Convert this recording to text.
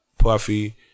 Puffy